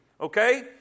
Okay